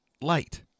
light